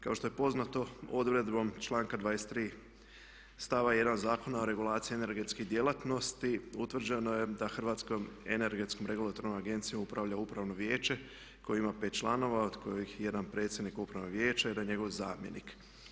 Kao što je poznato odredbom članka 23. stava 1. Zakona o regulaciji energetskih djelatnosti, utvrđeno je da Hrvatskom energetskom regulatornom agencijom upravlja Upravno vijeće koje ima 5 članova od kojih je jedan predsjednik Upravnog vijeća i jedan njegov zamjenik.